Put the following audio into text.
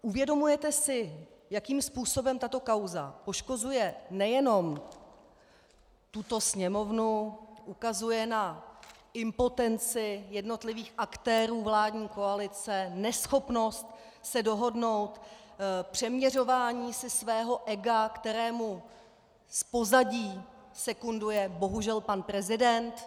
Uvědomujete si, jakým způsobem tato kauza poškozuje nejenom tuto Sněmovnu, ukazuje na impotenci jednotlivých aktérů vládní koalice, neschopnost se dohodnout, přeměřování si svého ega, kterému z pozadí sekunduje bohužel pan prezident?